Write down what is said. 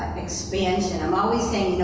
expansion. i'm always saying, you know